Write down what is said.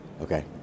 Okay